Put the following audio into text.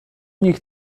nich